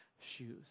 shoes